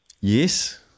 Yes